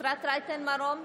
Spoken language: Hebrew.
אפרת רייטן מרום,